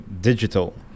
digital